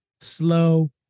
slow